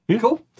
Cool